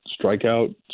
strikeout